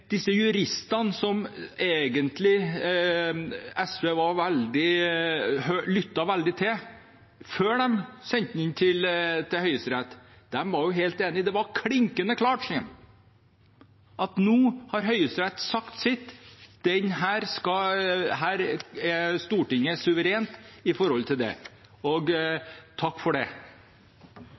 Disse juristene som SV egentlig lyttet veldig til før de sendte det til Høyesterett, var helt enige. Det var klinkende klart, sier de, nå har Høyesterett sagt sitt. Stortinget er suverent i forhold til det, og takk for det.